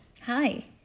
hi